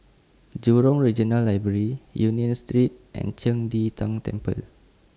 Jurong Regional Library Union Street and Qing De Tang Temple